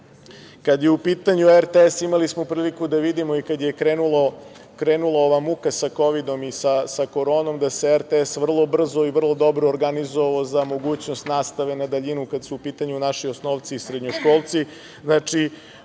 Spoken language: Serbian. je u pitanju RTS, imali smo priliku da vidimo kada je krenula ova muka sa Kovidom i sa koronom da se RTS vrlo brzo i vrlo dobro organizovao za mogućnost nastave na daljinu kada su u pitanju naši osnovci i srednjoškolci.